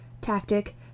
tactic